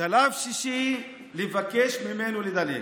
שלב שישי, לבקש ממנו לדלג,